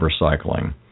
recycling